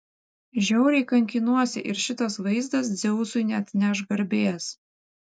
žiauriai kankinuosi ir šitas vaizdas dzeusui neatneš garbės